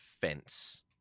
fence